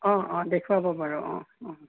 অঁ অঁ দেখুৱাব বাৰু অঁ অঁ